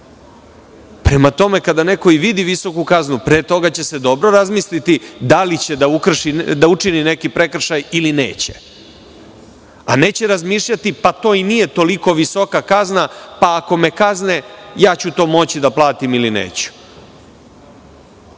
tome, kada neko i vidi visoku kaznu, pre toga će dobro razmisliti da li će da učini neki prekršaj ili neće, a neće razmišljati – to i nije toliko visoka kazna, pa ako me kazne, ja ću to moći da platim ili neću